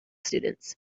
students